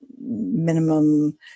minimum